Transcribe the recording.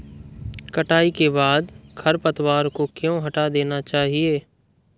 कटाई के बाद खरपतवार को क्यो हटा देना चाहिए?